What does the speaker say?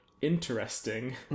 interesting